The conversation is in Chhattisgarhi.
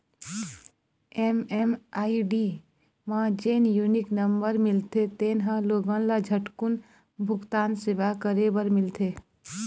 एम.एम.आई.डी म जेन यूनिक नंबर मिलथे तेन ह लोगन ल झटकून भूगतान सेवा करे बर मिलथे